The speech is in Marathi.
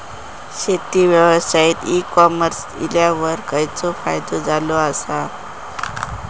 शेती व्यवसायात ई कॉमर्स इल्यावर खयचो फायदो झालो आसा?